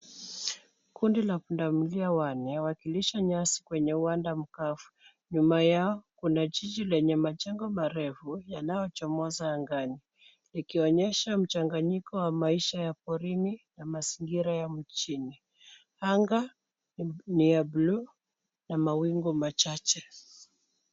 Kundi la pundamilia wanne wakilisha nyasi kwenye uwanda mkavu. Nyuma yao, kuna jiji lenye majengo marefu yanayochomoza angani. Ikionyesha mchanganyiko wa maisha ya porini, na mazingira ya mjini. Anga ni ya bluu, na mawingu machache.